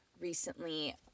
recently